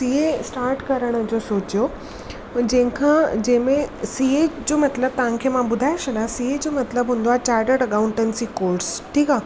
CA start करण जो सोचियो जेंहिंखां जंहिंमें सीए जो मतिलबु त मां ॿुधाए छॾियां सीए जो मतिलब हूंदो आहे चार्टड अकाउंटंसी कोर्स ठीकु आहे